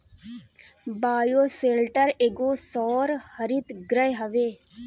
bioshelter एगो सौर हरितगृह हवे